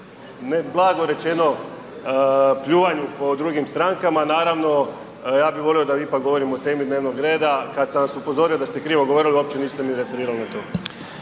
ne blago rečenom pljuvanju po drugim strankama, naravno ja bih volio da ipak govorimo o temi dnevnog reda. Kad sam vas upozorio da ste krivo govorili opće niste ni referirali na to.